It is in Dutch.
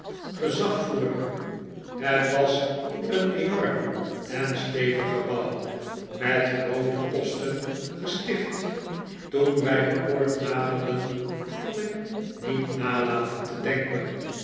voerde het was een enorm en stevig gebouw met groote kosten gesticht toen wij de poort naderden kon ik niet nalaten te denken